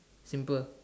simple